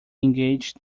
engaged